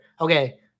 Okay